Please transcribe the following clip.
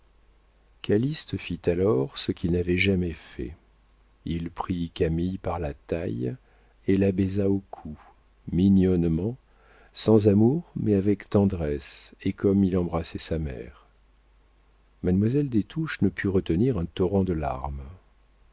calyste fit alors ce qu'il n'avait jamais fait il prit camille par la taille et la baisa au cou mignonnement sans amour mais avec tendresse et comme il embrassait sa mère mademoiselle des touches ne put retenir un torrent de larmes